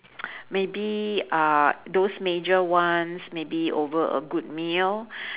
maybe uh those major ones maybe over a good meal